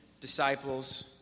disciples